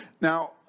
Now